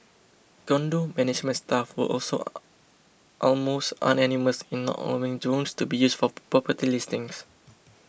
condo management staff were also almost unanimous in allowing drones to be used for property listings